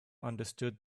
understood